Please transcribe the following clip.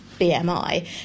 BMI